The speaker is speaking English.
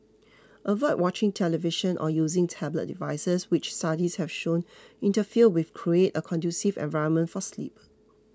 avoid watching television or using tablet devices which studies have shown interfere with create a conducive environment for sleep